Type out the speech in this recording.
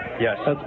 Yes